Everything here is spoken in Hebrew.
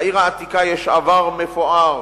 לעיר העתיקה יש עבר מפואר